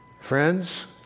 Friends